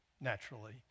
naturally